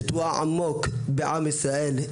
נטועה עמוק בעם ישראל,